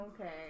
Okay